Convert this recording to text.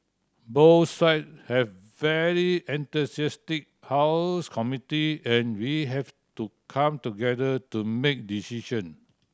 both side have very enthusiastic house committee and we had to come together to make decision